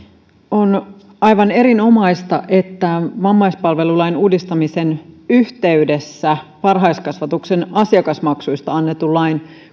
on aivan erinomaista että vammaispalvelulain uudistamisen yhteydessä varhaiskasvatuksen asiakasmaksuista annetun lain